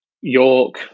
York